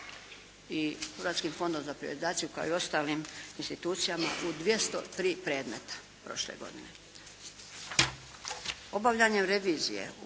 i Hrvatskim fondom za privatizaciju kao i ostalim institucijama u 203 predmeta prošle godine.